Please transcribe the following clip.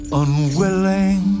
unwilling